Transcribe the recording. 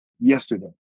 yesterday